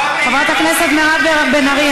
חברת הכנסת מירב בן ארי,